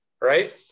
right